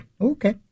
Okay